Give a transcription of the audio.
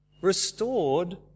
Restored